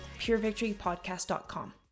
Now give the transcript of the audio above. purevictorypodcast.com